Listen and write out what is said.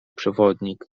przewodnik